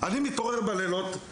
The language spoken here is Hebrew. אני מתעורר בלילות,